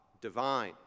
divine